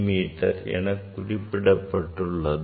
me எனக் குறிப்பிடப்பட்டுள்ளது